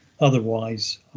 otherwise